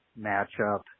matchup